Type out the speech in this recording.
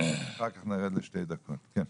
בבקשה.